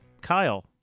Kyle